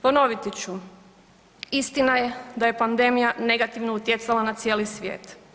Ponovit ću, istina je da je pandemija negativno utjecala na cijeli svijet.